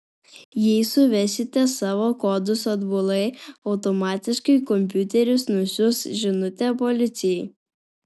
jei suvesite savo kodus atbulai automatiškai kompiuteris nusiųs žinutę policijai